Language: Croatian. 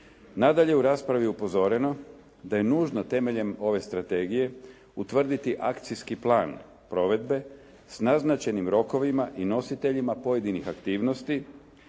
Nadalje, u raspravi je upozoreno da je nužno temeljem ove strategije utvrditi akcijski plan provedbe sa naznačenim rokovima i nositeljima pojedinih aktivnosti